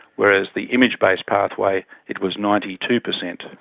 whereas the image-based pathway it was ninety two percent.